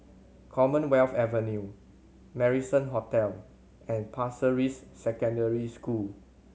Commonwealth Avenue Marrison Hotel and Pasir Ris Secondary School